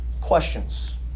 Questions